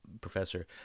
professor